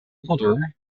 mother